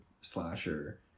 slasher